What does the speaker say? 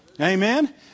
Amen